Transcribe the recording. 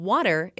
Water